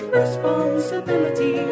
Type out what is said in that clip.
responsibility